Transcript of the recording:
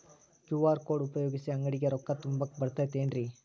QR code ಉಪಯೋಗಿಸಿ, ಅಂಗಡಿಗೆ ರೊಕ್ಕಾ ತುಂಬಾಕ್ ಬರತೈತೇನ್ರೇ?